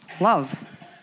love